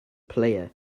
player